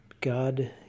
God